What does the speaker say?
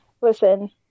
Listen